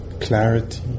clarity